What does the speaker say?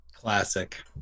Classic